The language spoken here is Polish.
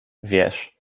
wiesz